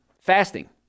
fasting